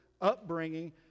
upbringing